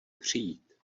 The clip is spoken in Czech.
přijít